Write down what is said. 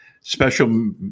special